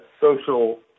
social